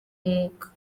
umwuka